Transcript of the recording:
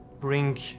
bring